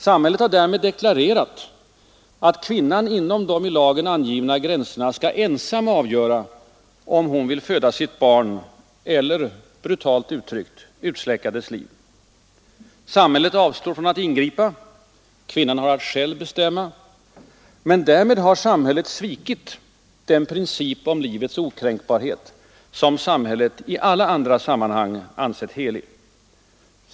Samhället har därmed deklarerat att kvinnan inom de i lagen angivna gränserna skall ensam avgöra, om hon vill föda sitt barn eller — brutalt uttryckt — utsläcka dess liv. Samhället avstår från att ingripa; kvinnan har att själv bestämma. Men därmed har samhället svikit den princip om livets okränkbarhet som samhället i alla andra sammanhang ansett helig.